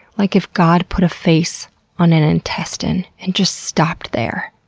like if god put a face on an intestine and just stopped there.